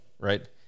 Right